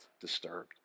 disturbed